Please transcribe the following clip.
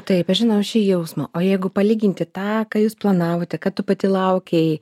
taip aš žinau šį jausmą o jeigu palyginti tą ką jūs planavote ką tu pati laukei